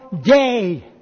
day